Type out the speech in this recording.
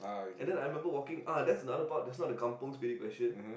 and then I remember walking that's another part just now that Kampung Spirit question